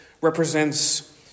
represents